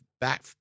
back